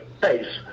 face